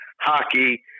hockey